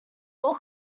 all